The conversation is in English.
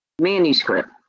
manuscript